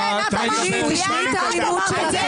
כן, את אמרת את זה.